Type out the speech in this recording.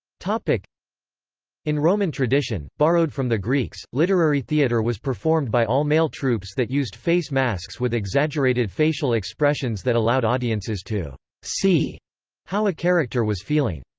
like in roman tradition, borrowed from the greeks, literary theatre was performed by all-male troupes that used face masks with exaggerated facial expressions that allowed audiences to see how a character was feeling.